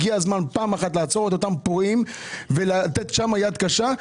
הגיע הזמן פעם אחת לעצור את אותם פורעים ולפעול שם ביד קשה,